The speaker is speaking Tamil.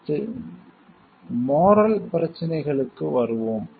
அடுத்து மோரல் பிரச்சினைகளுக்கு வருவோம்